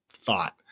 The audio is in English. thought